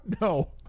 no